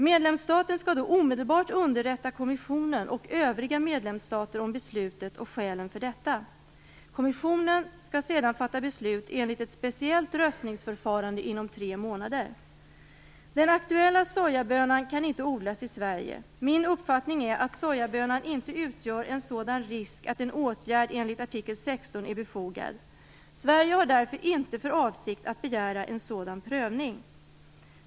Medlemsstaten skall då omedelbart underrätta kommissionen och övriga medlemsstater om beslutet och skälen för detta. Kommissionen skall sedan fatta beslut enligt ett speciellt röstningsförfarande inom tre månader. Den aktuella sojabönan kan inte odlas i Sverige. Min uppfattning är att sojabönan inte utgör en sådan risk att en åtgärd enligt artikel 16 är befogad. Sverige har därför inte för avsikt att begära en sådan prövning.